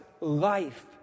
life